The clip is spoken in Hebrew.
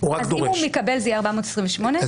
אם הוא מקבל, זה יהיה 428?